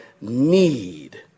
need